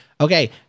okay